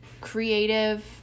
Creative